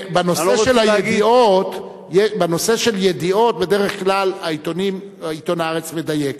בנושא של ידיעות בדרך כלל עיתון "הארץ" מדייק,